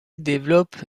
développe